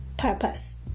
Purpose